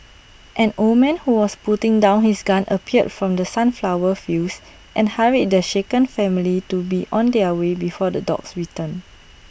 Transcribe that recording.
an old man who was putting down his gun appeared from the sunflower fields and hurried the shaken family to be on their way before the dogs return